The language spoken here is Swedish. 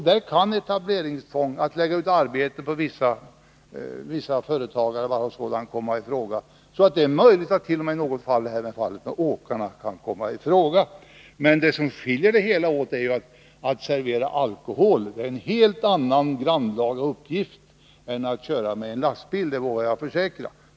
Då kan etableringstvång, att lägga ut arbeten på vissa företagare och sådant bli aktuellt, och i så fall är det möjligt att även åkarna kan komma i fråga. Men i det sammanhanget är det en viktig skillnad. Att servera alkohol är nämligen en speciell och grannlaga uppgift, som skiljer sig från att köra lastbil— det vågar jag försäkra.